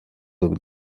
looked